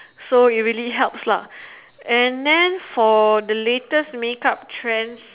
so it really helps lah and then for the latest make up trends